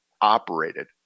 operated